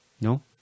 No